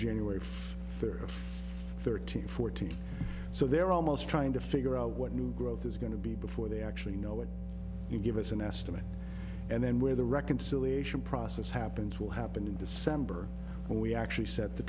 of thirteen fourteen so they're almost trying to figure out what new growth is going to be before they actually know if you give us an estimate and then where the reconciliation process happens will happen in december when we actually set the